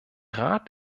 rat